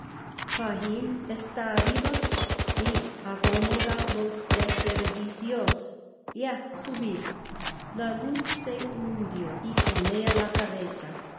está arriba si acomodalos desperdicios ea subid la luz se hundió y con ella la cabeza